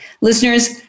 Listeners